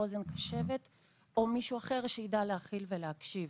אוזן קשבת או מישהו אחר שידע להכיל ולהקשיב.